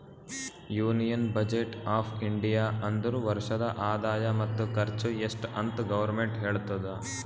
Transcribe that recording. union budget of India ಅಂದುರ್ ವರ್ಷದ ಆದಾಯ ಮತ್ತ ಖರ್ಚು ಎಸ್ಟ್ ಅಂತ್ ಗೌರ್ಮೆಂಟ್ ಹೇಳ್ತುದ